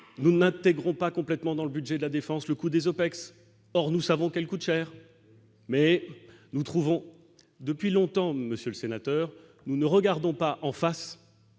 nous n'intégrons pas complètement dans le budget de la défense, le coût des OPEX, or nous savons qu'elle coûte cher mais nous trouvons depuis longtemps, monsieur le sénateur, nous ne regardons pas en face